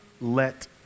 let